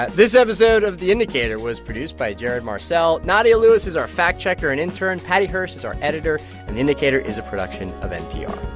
but this episode of the indicator was produced by jared marcelle. nadia lewis is our fact-checker and intern. paddy hirsch is our editor. and the indicator is a production of npr